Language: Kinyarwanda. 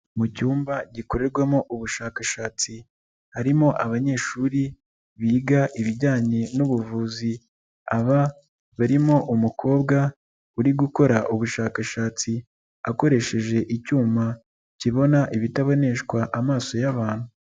Mu cyumba gikorerwamo ubushakashatsi, harimo abanyeshuri biga ibijyanye n'ubuvuzi, aba barimo umukobwa uri gukora ubushakashatsi, akoresheje icyuma kibona ibitaboneshwa amaso y'abantu.